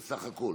בסך הכול.